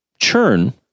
churn